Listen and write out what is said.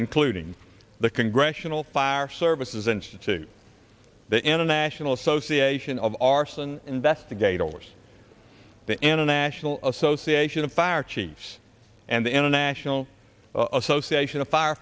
including the congressional fire services institute the international association of arson investigators the ana national association of fire chiefs and the international association of